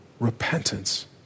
repentance